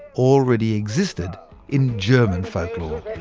already existed in german folklore